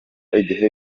igihe